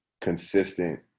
consistent